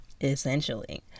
essentially